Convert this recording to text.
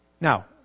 Now